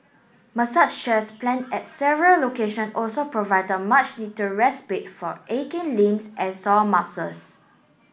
massage chairs plant at several location also provide much needed respite for aching limbs and sore muscles